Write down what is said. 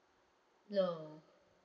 no